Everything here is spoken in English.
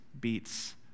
beats